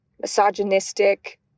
misogynistic